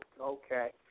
okay